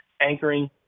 anchoring